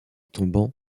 tombant